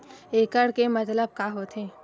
एकड़ के मतलब का होथे?